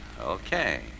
Okay